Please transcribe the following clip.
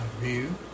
view